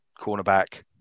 cornerback